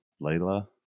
Layla